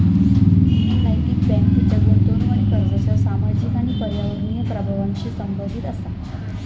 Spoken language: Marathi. नैतिक बँक तिच्या गुंतवणूक आणि कर्जाच्या सामाजिक आणि पर्यावरणीय प्रभावांशी संबंधित असा